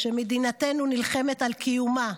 כשמדינתנו נלחמת על קיומה,